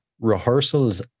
rehearsals